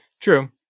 True